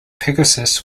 pegasus